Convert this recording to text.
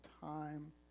time